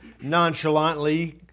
nonchalantly